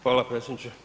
Hvala predsjedniče.